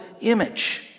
image